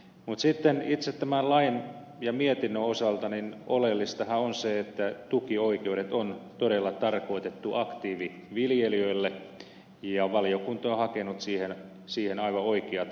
mutta sitten itse tämän lain ja mietinnön osalta oleellistahan on se että tukioikeudet on todella tarkoitettu aktiiviviljelijöille ja valiokunta on hakenut siihen aivan oikeat linjaukset